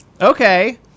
Okay